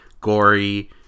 gory